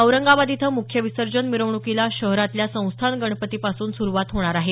औरंगाबाद इथं मुख्य विसर्जन मिरवणुकीला शहरातल्या संस्थान गणपतीपासून सुरूवात होणार आहे